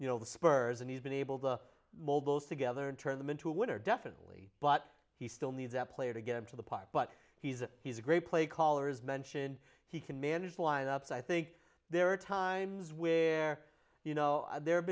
you know the spurs and he's been able the mold those together and turn them into a winner definitely but he still needs a player to get into the park but he's a he's a great play callers mentioned he can manage lineups i think there are times where you know there have